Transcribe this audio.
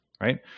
right